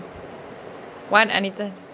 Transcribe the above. when anything